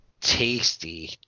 tasty